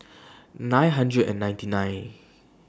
nine hundred and ninety nine